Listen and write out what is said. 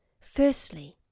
Firstly